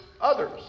others